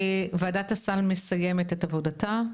וועדת הסל מסיימת את עבודתה,